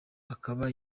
akaba